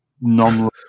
non